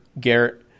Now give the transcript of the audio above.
Garrett